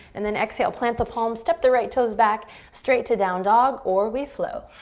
and then exhale, plant the palms, step the right toes back, straight to down dog or we flow.